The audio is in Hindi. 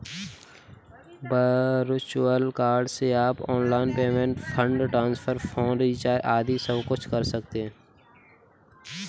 वर्चुअल कार्ड से आप online payment, fund transfer, phone recharge आदि सबकुछ कर सकते हैं